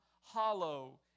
hollow